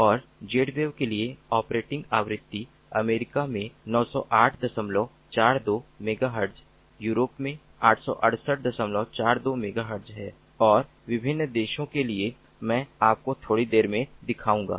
और Zwave के लिए ऑपरेटिंग आवृत्ति अमेरिका में 90842 मेगाहर्ट्ज़ यूरोप में 86842 मेगाहर्ट्ज़ है और विभिन्न अन्य देशों के लिए मैं आपको थोड़ी देर में दिखाऊंगा